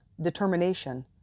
determination